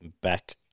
back